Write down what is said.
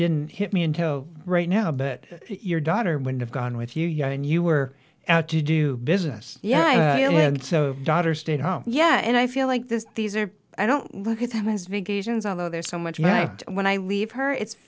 didn't hit me until right now but your daughter would have gone with you yet and you were out to do business yeah so daughter stayed home yeah and i feel like this these are i don't look at them as big asians although there's so much more when i leave her it's